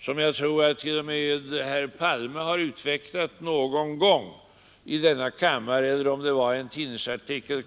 som jag tror att t.o.m. herr Palme har utvecklat någon gång i denna kammare eller kanske det var i en tidningsartikel.